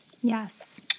Yes